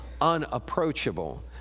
unapproachable